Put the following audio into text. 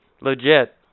Legit